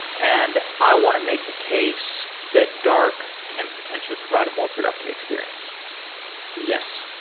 and i want to make the case that dark can potentially provide a more productive experience yes.